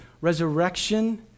resurrection